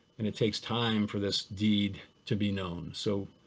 and it takes time for this deed to be known. so